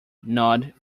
nod